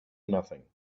nothing